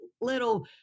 little